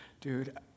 dude